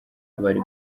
bari